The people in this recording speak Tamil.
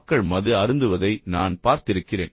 மக்கள் மது அருந்துவதை நான் பார்த்திருக்கிறேன்